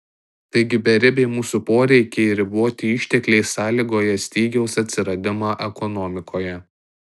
taigi beribiai mūsų poreikiai ir riboti ištekliai sąlygoja stygiaus atsiradimą ekonomikoje